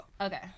Okay